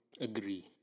Agree